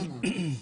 נכון?